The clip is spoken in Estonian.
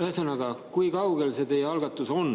Ühesõnaga, kui kaugel see teie algatus on,